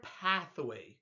pathway